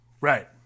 right